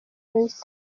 neza